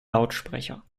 lautsprecher